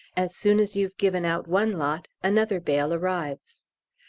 as soon as you've given out one lot, another bale arrives.